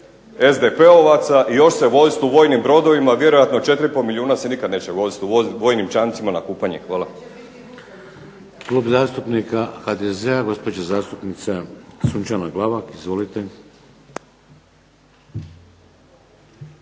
SDP-ovaca i još se vozit u vojnim brodovima. Vjerojatno 4,5 milijuna se nikad neće vozit u vojnim čamcima na kupanje. Hvala.